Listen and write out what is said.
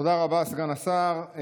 תודה רבה, סגן השר.